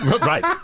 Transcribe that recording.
Right